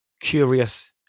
curious